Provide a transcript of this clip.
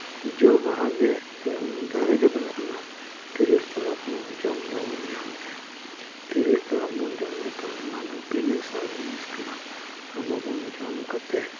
ᱡᱚ ᱵᱟᱦᱟᱜᱮ ᱫᱟᱨᱮᱜᱮ ᱵᱟᱹᱱᱩᱜ ᱟᱱᱟ ᱛᱤᱨᱤᱞ ᱛᱟᱨᱚᱵ ᱟᱵᱚ ᱡᱚᱢ ᱵᱟᱵᱚᱱ ᱧᱟᱢᱮᱜᱼᱟ ᱛᱤᱨᱤᱞ ᱛᱟᱨᱚᱵ ᱵᱚᱱ ᱡᱚᱢ ᱞᱮᱠᱷᱟᱱ ᱚᱱᱟᱫᱚ ᱵᱤᱱᱟᱹ ᱥᱟᱨ ᱡᱤᱱᱤᱥ ᱠᱟᱱᱟ ᱟᱵᱚ ᱵᱚᱱ ᱡᱚᱢ ᱠᱟᱛᱮᱫ